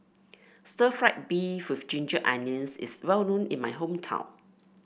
stir fry beef with Ginger Onions is well known in my hometown